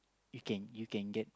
you can you can get